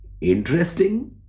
interesting